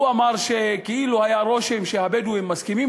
הוא אמר שהיה כאילו רושם שהבדואים מסכימים